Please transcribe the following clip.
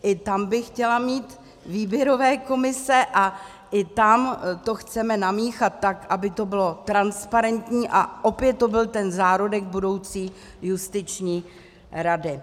I tam bych chtěla mít výběrové komise a i tam to chceme namíchat tak, aby to bylo transparentní a opět to byl ten zárodek budoucí justiční rady.